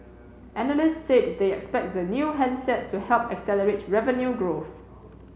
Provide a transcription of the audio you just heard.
analysts said they expect the new handset to help accelerate revenue growth